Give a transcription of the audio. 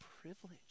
privilege